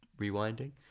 rewinding